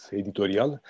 editorial